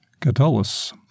Catullus